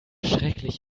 schrecklich